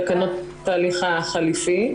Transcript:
תקנות הליכה החליפי.